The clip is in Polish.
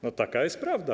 No taka jest prawda.